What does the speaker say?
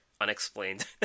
Unexplained